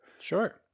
Sure